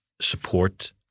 support